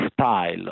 style